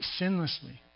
sinlessly